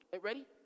Ready